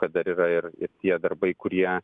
kad dar yra ir ir tie darbai kurie